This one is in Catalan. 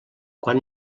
quan